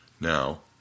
Now